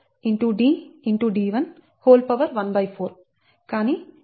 d114 కాని చివరికి D